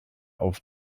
auf